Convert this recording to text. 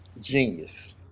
genius